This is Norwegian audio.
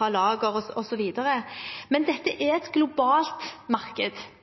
ha lager, osv. Men dette er et globalt marked, og det betyr at man er